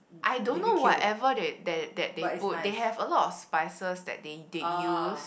I don't know whatever they that that they put they have a lot of spices that they they use